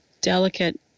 delicate